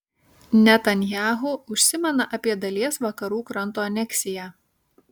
netanyahu užsimena apie dalies vakarų kranto aneksiją